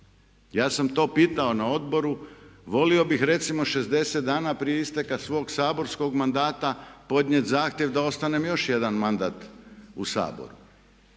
Ja sam to pitao na odboru. Volio bih recimo 60 dana prije isteka svog saborskog mandata podnijeti zahtjev da ostanem još jedan mandat u Saboru